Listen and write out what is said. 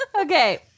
Okay